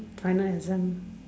final exam